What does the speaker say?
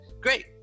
great